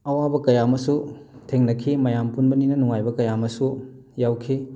ꯑꯋꯥꯕ ꯀꯌꯥ ꯑꯃꯁꯨ ꯊꯦꯡꯅꯈꯤ ꯃꯌꯥꯝ ꯄꯨꯟꯕꯅꯤꯅ ꯅꯨꯡꯉꯥꯏꯕ ꯀꯌꯥ ꯑꯃꯁꯨ ꯌꯥꯎꯈꯤ